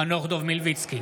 חנוך דב מלביצקי,